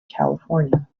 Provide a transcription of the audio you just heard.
california